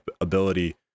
ability